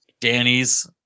Danny's